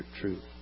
truth